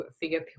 figure